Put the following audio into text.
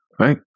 right